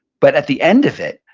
but at the end of it,